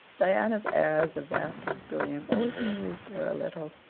diana's airs of vast experience always amused her a little.